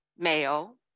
male